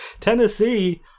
Tennessee